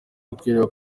kukwereka